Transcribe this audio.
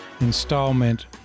installment